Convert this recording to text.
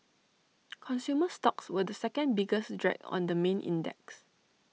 consumer stocks were the second biggest drag on the main index